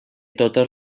totes